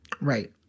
right